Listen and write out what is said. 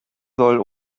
soll